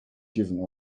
giving